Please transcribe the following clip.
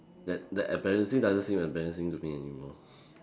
that that embarrassing doesn't seem embarrassing to me anymore